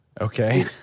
Okay